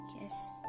Yes